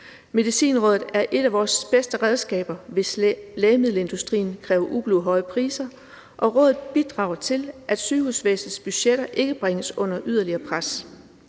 Medicinrådet er et af vores bedste redskaber, hvis lægemiddelindustrien kræver ublu høje priser, og rådet bidrager til, at sundhedsvæsenets budgetter ikke bringes under yderligere pres.